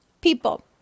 people